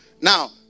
Now